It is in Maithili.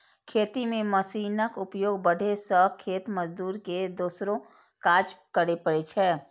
खेती मे मशीनक उपयोग बढ़ै सं खेत मजदूर के दोसरो काज करै पड़ै छै